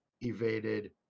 evaded